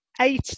eight